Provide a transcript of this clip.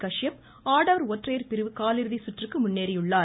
கஷ்யப் ஆடவர் ஒற்றையர் பிரிவு காலிறுதி சுற்றுக்கு முன்னேறியுள்ளார்